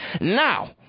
now